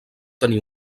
tenir